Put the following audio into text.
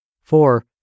Four